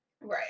Right